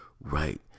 right